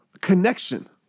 connection